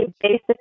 basic